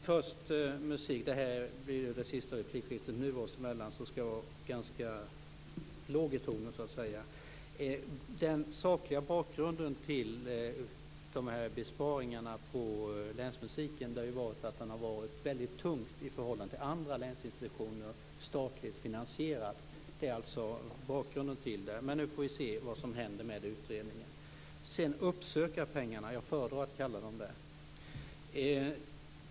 Fru talman! I detta sista replikskifte oss emellan skall jag vara ganska låg i tonen så att säga. Den sakliga bakgrunden till besparingarna på länsmusiken har varit att den varit väldigt tung i förhållande till andra statligt finansierade länsinstitutioner. Nu får vi se vad som händer med utredningen. Sedan några ord om uppsökarpengarna, som jag föredrar att kalla pengarna i fråga.